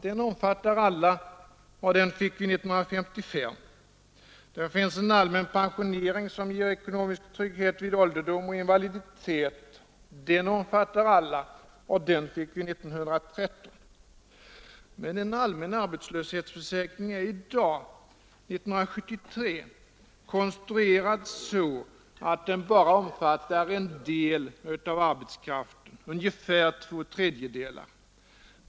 Den omfattar alla, och den fick vi 1955. Det finns en allmän pensionering som ger ekonomisk trygghet vid ålderdom och invaliditet. Den omfattar alla, och den fick vi 1913. Men en allmän arbetslöshetsförsäkring är i dag, 1973, konstruerad så att den bara omfattar en del av arbetskraften, ungefär två tredjedelar.